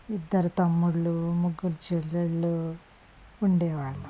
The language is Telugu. ఇద్దరు తమ్ముళ్లు ముగ్గరు చెల్లెళ్లు ఉండేవాళ్ళం